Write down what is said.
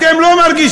אתם לא מרגישים.